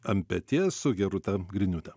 ant peties su gerūta griniūte